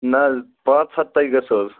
نہ حظ پانژھ ہتھ تانۍ گَژھو حظ